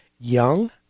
young